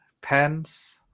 pens